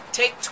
take